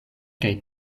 kaj